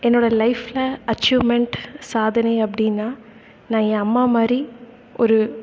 என்னோடய லைஃப்பில் அச்சிவ்மெண்ட் சாதனை அப்படின்னா நான் என் அம்மா மாதிரி ஒரு